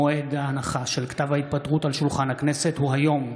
מועד ההנחה של כתב ההתפטרות על שולחן הכנסת הוא היום,